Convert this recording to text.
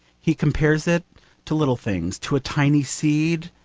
he compares it to little things, to a tiny seed,